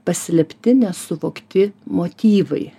paslėpti nesuvokti motyvai